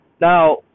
now